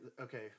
okay